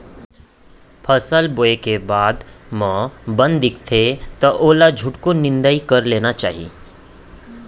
फसल बोए के बाद म बन दिखथे त ओला झटकुन निंदाई कर लेना चाही